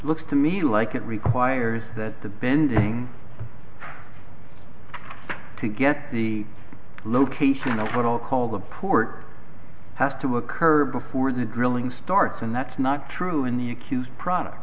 looks to me like it requires that the bending to get the location of what i'll call the port has to occur before the drilling starts and that's not true in the accused product